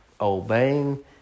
obeying